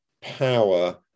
power